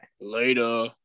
later